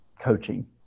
Coaching